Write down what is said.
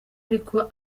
ariko